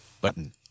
Button